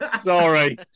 Sorry